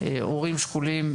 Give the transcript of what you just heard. הורים שכולים.